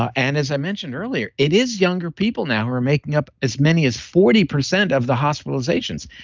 ah and as i mentioned earlier, it is younger people now who are making up as many as forty percent of the hospitalizations,